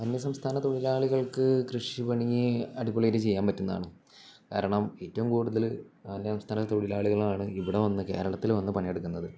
അന്യസംസ്ഥാന തൊഴിലാളികൾക്കു കൃഷിപ്പണി അടിപൊളിയായിട്ടു ചെയ്യാൻ പറ്റുന്നതാണ് കാരണം ഏറ്റവും കൂടുതല് അന്യ സംസ്ഥാന തൊഴിലാളികളാണ് ഇവിടെ വന്ന് കേരളത്തില് വന്നു പണിയെടുക്കുന്നത്